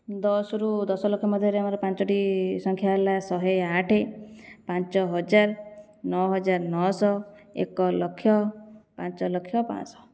ଦଶ ରୁ ଦଶଲକ୍ଷ ମଧ୍ୟରେ ଆମର ପାଞ୍ଚଟି ସଂଖ୍ୟା ହେଲା ଶହେ ଆଠ ପାଞ୍ଚ ହଜାର ନଅହଜାର ନଅଶହ ଏକଲକ୍ଷ ପାଞ୍ଚଲକ୍ଷ ପାଞ୍ଚଶହ